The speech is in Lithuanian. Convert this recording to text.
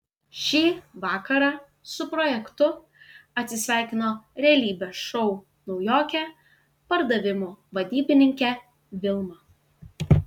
šį vakarą su projektu atsisveikino realybės šou naujokė pardavimų vadybininkė vilma